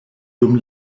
dum